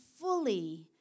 fully